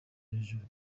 hejuru